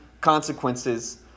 consequences